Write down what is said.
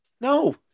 No